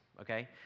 okay